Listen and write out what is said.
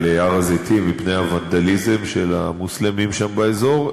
הר-הזיתים מפני הוונדליזם של המוסלמים שם באזור.